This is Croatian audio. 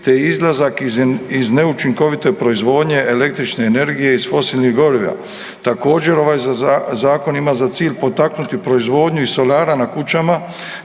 te izlazak iz neučinkovite proizvodnje električne energije iz fosilnih goriva. Također, ovaj zakon ima za cilj potaknuti proizvodnju iz solara na kućama